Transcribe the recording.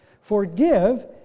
Forgive